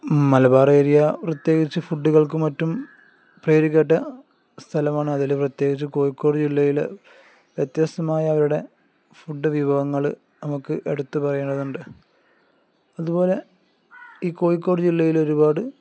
മലബാറേരിയ പ്രത്യേകിച്ച് ഫുഡുകൾക്ക് മറ്റും പേരുകേട്ട സ്ഥലമാണ് അതില് പ്രത്യേകിച്ച് കോഴിക്കോട് ജില്ലയിലെ വ്യത്യസ്തമായ അവരുടെ ഫുഡ് വിഭവങ്ങള് നമുക്ക് എടുത്തുപറയേണ്ടതുണ്ട് അതുപോലെ ഈ കോഴിക്കോട് ജില്ലയിൽ ഒരുപാട്